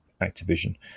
Activision